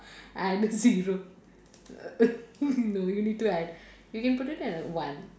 add a zero no you need to add you can put it at one